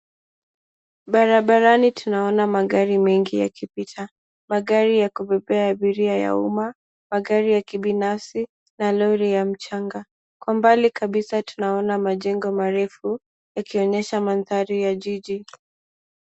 Barabarani, tunaona magari mengi yakipita: magari ya kubebea abiria ya umma, magari ya kibinafsi, na lori ya mchanga. Kwa mbali kabisa, tunaona majengo marefu yakionyesha mandhari ya jiji.